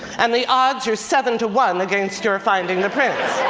and the odds are seven to one against your finding the prince.